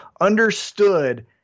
understood